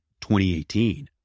2018